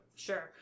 Sure